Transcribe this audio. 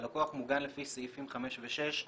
הלקוח מוגן לפי סעיפים 5 ו-6,